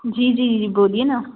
जी जी बोलिए ना